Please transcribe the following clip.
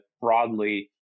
broadly